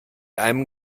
einem